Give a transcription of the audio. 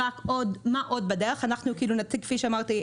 כפי שאמרתי,